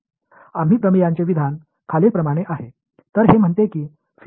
எனவே தேற்றத்தின் அறிக்கை பின்வருமாறு உள்ளது